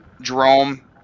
Jerome